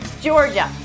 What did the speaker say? Georgia